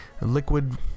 liquid